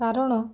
କାରଣ